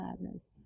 madness